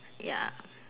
ya